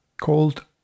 called